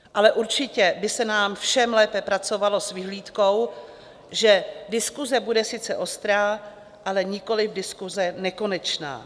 Ale určitě by se nám všem lépe pracovalo s vyhlídkou, že diskuse bude sice ostrá, ale nikoliv diskuse nekonečná.